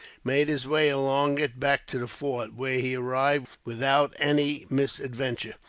made his way along it back to the fort, where he arrived without any misadventure.